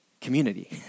community